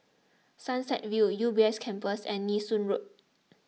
Sunset View U B S Campus and Nee Soon Road